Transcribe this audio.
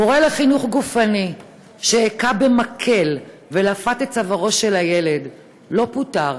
מורה לחינוך גופני שהכה במקל ולפת את צווארו של הילד לא פוטר,